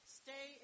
stay